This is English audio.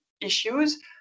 issues